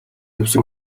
явсан